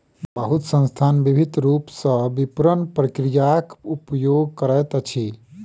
बहुत संस्थान विभिन्न रूप सॅ विपरण प्रक्रियाक उपयोग करैत अछि